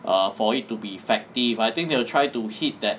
err for it to be effective I think they will try to hit that